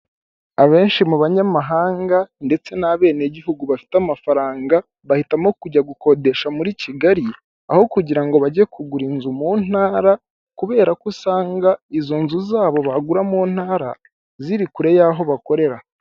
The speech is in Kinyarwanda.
Abenshi mu banyamahanga ndetse n'abenegihugu bafite amafaranga; bahitamo kujya gukodesha muri kigali aho kugira ngo bajye kugura inzu mu ntara kubera ko usanga izo nzu zabo bagura mu ntara ziri kure y'aho bakorera.